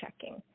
checking